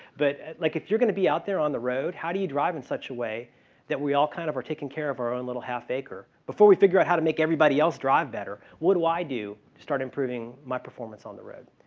but like if you're going to be out there on the road, how do you drive in such a way that we all, kind of, are taking care of our own little half acre? before we figure out how to make everybody else drive better, what do i do to start improving my performance on the road?